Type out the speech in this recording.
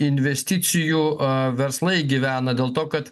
investicijų verslai gyvena dėl to kad